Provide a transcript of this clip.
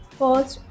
first